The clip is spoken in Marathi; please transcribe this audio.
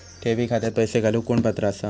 ठेवी खात्यात पैसे घालूक कोण पात्र आसा?